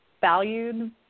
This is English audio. valued